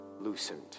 loosened